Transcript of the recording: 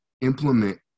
implement